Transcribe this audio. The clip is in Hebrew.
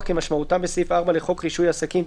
כמשמעותם בסעיף 4 לחוק רישוי עסקים,